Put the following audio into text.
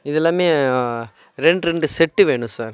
இது எல்லாமே ரெண்டு ரெண்டு செட்டு வேணும் சார்